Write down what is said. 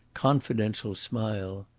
confidential smile.